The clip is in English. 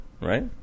Right